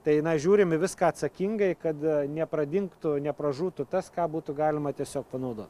tai na žiūrim į viską atsakingai kad nepradingtų nepražūtų tas ką būtų galima tiesiog panaudot